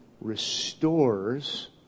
restores